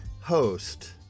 host